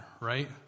Right